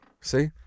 see